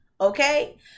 Okay